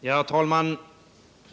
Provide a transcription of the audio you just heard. Herr talman!